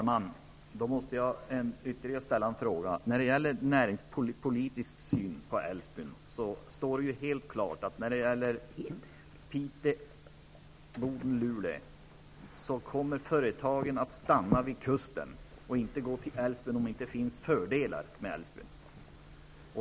Herr talman! När det gäller en näringspolitisk syn på Älvsbyn står det helt klart beträffande Piteå, Boden och Luleå att företagen kommer att stanna vid kusten och inte förläggas till Älvsbyn om det inte finns fördelar med Älvsbyn.